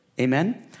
Amen